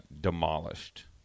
demolished